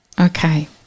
Okay